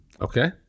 Okay